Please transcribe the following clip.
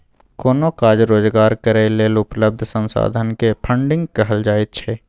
कोनो काज रोजगार करै लेल उपलब्ध संसाधन के फन्डिंग कहल जाइत छइ